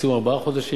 מקסימום ארבעה חודשים,